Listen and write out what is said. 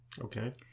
Okay